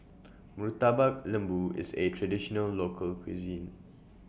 Murtabak Lembu IS A Traditional Local Cuisine